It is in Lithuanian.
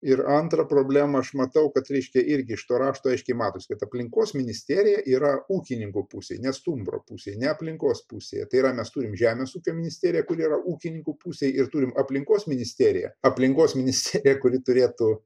ir antrą problemą aš matau kad reiškia irgi iš to rašto aiškiai matosi kad aplinkos ministerija yra ūkininkų pusėj ne stumbro pusėj ne aplinkos pusėje tai yra mes turim žemės ūkio ministeriją kuri yra ūkininkų pusėje ir turim aplinkos ministerija aplinkos ministerija kuri turėtų